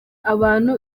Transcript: abantu